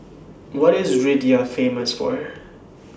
What IS Riyadh Famous For